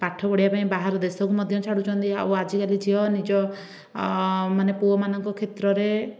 ପାଠ ପଢ଼ିବା ପାଇଁ ବାହାର ଦେଶକୁ ମଧ୍ୟ ଛାଡ଼ୁଛନ୍ତି ଆଉ ଆଜିକାଲି ଝିଅ ନିଜ ମାନେ ପୁଅମାନଙ୍କ କ୍ଷେତ୍ରରେ